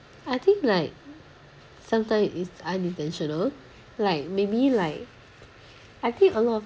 I think like sometime is unintentional like maybe like I think a lot of